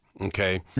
okay